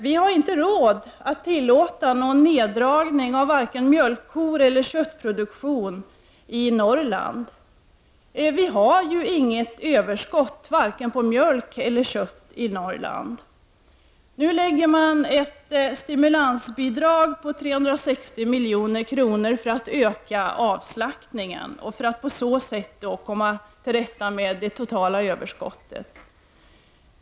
Vi har inte råd att tillåta någon neddragning av vare sig mjölkeller köttproduktion i Norrland. Där finns ju inget överskott på vare sig mjölk eller kött. Nu införs ett stimulansbidrag på 360 milj.kr. för att öka avslaktningen och på så sätt komma till rätta med det totala överskottet.